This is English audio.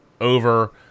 over